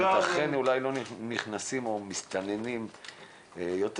לכן אולי לא מסתננים יותר,